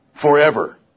forever